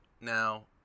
Now